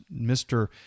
Mr